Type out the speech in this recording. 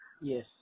Yes